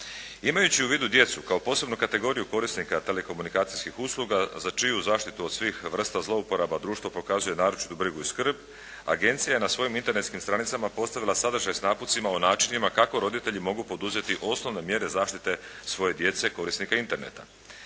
Imajući u vidu djecu kao posebnu kategoriju korisnika telekomunikacijskih usluga, za čiju zaštitu od svih vrsta zlouporaba društvo pokazuje naročitu brigu i skrb, agencija je na svojim internetskim stranicama postavila sadržaj s napucima o načinima kako roditelji mogu poduzeti osnovne mjere zaštite svoje djece, korisnika interneta.